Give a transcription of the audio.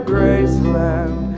Graceland